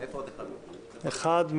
אחד.